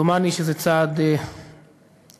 דומני שזה צעד מיותר,